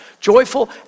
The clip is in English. joyful